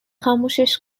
خاموشش